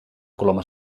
coloma